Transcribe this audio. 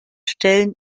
stellen